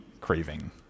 craving